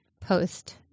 post